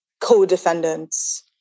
co-defendants